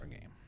game